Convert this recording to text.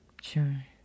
Sure